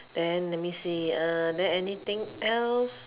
then let me see err then anything else